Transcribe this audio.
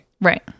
right